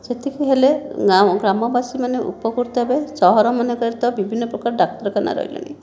ସେତିକି ହେଲେ ଗ୍ରାମବାସୀମାନେ ଉପକୃତ ହେବେ ସହରମାନଙ୍କରେ ତ ବିଭିନ୍ନ ପ୍ରକାର ଡାକ୍ତରଖାନା ରହିଲାଣି